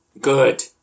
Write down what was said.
Good